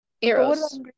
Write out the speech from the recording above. Eros